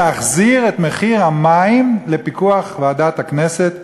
החזרת מחיר המים לפיקוח ועדת הכנסת,